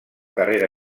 carrera